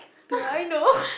do I know